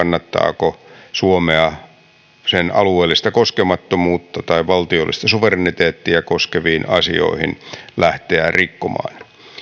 kannattaako suomea sen alueellista koskemattomuutta tai valtiollista suvereniteettia koskevia asioita lähteä rikkomaan